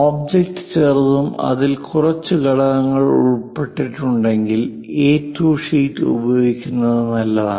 object ചെറുതും അതിൽ കുറച്ച് ഘടകങ്ങൾ ഉൾപ്പെട്ടിട്ടുണ്ടെങ്കിൽ എ2 ഷീറ്റ് ഉപയോഗിക്കുന്നത് നല്ലതാണ്